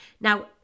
Now